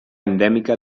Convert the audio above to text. endèmica